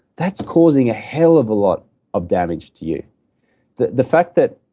that's causing a hell of a lot of damage to you the the fact that